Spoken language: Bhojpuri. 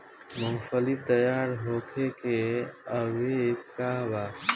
मूँगफली तैयार होखे के अवधि का वा?